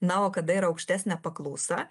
na o kada yra aukštesnė paklausa